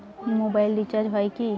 Mobile recharge হয় কি?